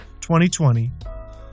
2020